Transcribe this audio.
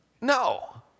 No